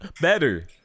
better